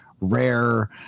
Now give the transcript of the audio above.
rare